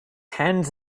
hands